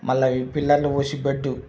మళ్ళా ఈ పిల్లర్లు పోసి బెడ్డు